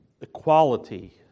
equality